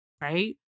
Right